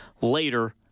later